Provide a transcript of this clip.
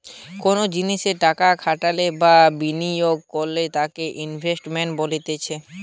কোনো জিনিসে টাকা খাটাইলে বা বিনিয়োগ করলে তাকে ইনভেস্টমেন্ট বলতিছে